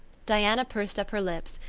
diana pursed up her lips,